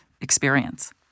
experience